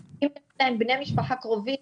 אם יש להם בני משפחה קרובים,